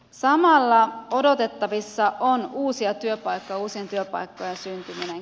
samalla odotettavissa on uusien työpaikkojen syntyminen alueelle